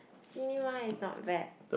cinema is not bad